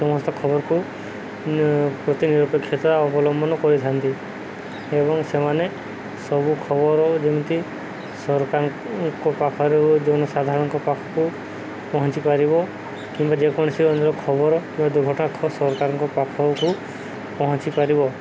ସମସ୍ତ ଖବରକୁ ପ୍ରତିନିରପେକ୍ଷତା ଅବଲମ୍ବନ କରିଥାନ୍ତି ଏବଂ ସେମାନେ ସବୁ ଖବର ଯେମିତି ସରକାରଙ୍କ ପାଖରେ ଯେଉଁ ସାଧାରଣଙ୍କ ପାଖକୁ ପହଞ୍ଚିପାରିବ କିମ୍ବା ଯେକୌଣସି ଅନ୍ୟ ଖବର କିମ୍ବା ଦୁର୍ଘଟଣା ସରକାରଙ୍କ ପାଖକୁ ପହଞ୍ଚି ପାରିବ